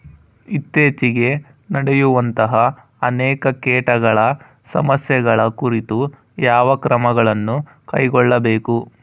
ಇತ್ತೇಚಿಗೆ ನಡೆಯುವಂತಹ ಅನೇಕ ಕೇಟಗಳ ಸಮಸ್ಯೆಗಳ ಕುರಿತು ಯಾವ ಕ್ರಮಗಳನ್ನು ಕೈಗೊಳ್ಳಬೇಕು?